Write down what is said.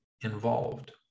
involved